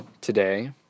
today